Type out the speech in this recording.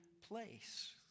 place